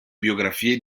biografie